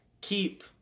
keep